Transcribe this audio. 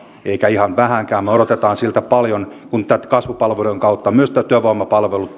eikä ihan vähänkään me odotamme siltä paljon kun kasvupalveluiden kautta myös työvoimapalvelut